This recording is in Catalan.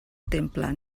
temple